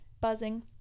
buzzing